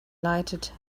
lighted